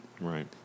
Right